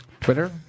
twitter